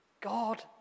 God